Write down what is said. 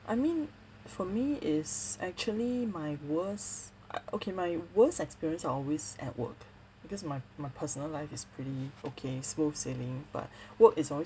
I mean for me is actually my worse uh okay my worst experience are always at work because my my personal life is pretty okay smooth sailing but work is always